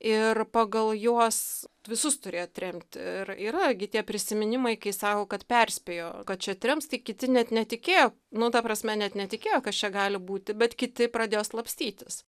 ir pagal juos visus turėjo tremti ir yra gi tie prisiminimai kai sako kad perspėjo kad čia trems tai kiti net netikėjo nu ta prasme net netikėjo kas čia gali būti bet kiti pradėjo slapstytis